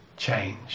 Change